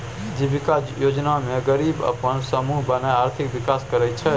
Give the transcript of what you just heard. जीबिका योजना मे गरीब अपन समुह बनाए आर्थिक विकास करय छै